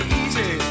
easy